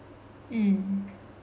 mm